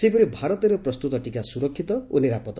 ସେହିପରି ଭାରତରେ ପ୍ରସ୍ତୁତ ଟିକା ସ୍ବରକ୍ଷିତ ଓ ନିରାପଦ